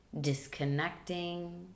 disconnecting